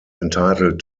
entitled